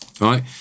right